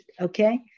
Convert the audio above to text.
Okay